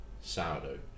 sourdough